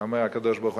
אומר הקדוש-ברוך-הוא,